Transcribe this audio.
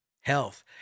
health